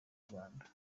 rwanda